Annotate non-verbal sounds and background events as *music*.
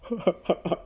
*laughs*